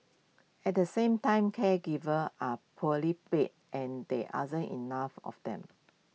at the same time caregivers are poorly paid and the other enough of them